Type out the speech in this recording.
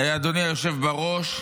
אדוני היושב בראש,